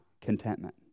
contentment